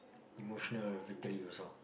emotional victory also